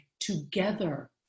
together